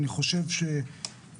אני חושב שב-2021,